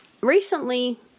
recently